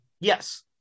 yes